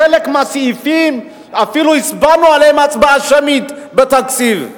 בחלק מהסעיפים אפילו הצבענו עליהם הצבעה שמית בתקציב.